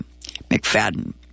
McFadden